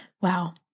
Wow